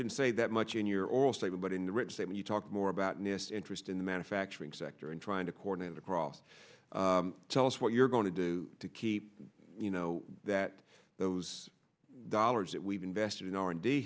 didn't say that much in your oil stable but in the rich say when you talk more about this interest in the manufacturing sector and trying to coordinate across tell us what you're going to do to keep you know that those dollars that we've invested in